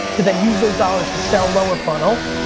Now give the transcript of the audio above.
to then use those dollars to sell lower funnel,